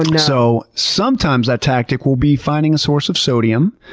and so sometimes that tactic will be finding a source of sodium,